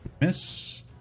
Miss